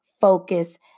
focus